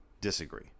disagree